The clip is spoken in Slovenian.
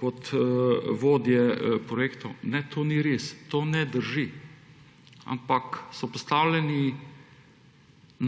kot vodje projektov. Ne, to ni res. To ne drži. Ampak so postavljeni